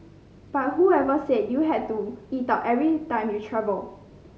but whoever said you had to eat out every time you travel